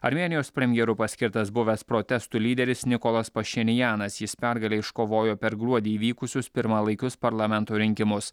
armėnijos premjeru paskirtas buvęs protestų lyderis nikolas pašinjanas jis pergalę iškovojo per gruodį įvykusius pirmalaikius parlamento rinkimus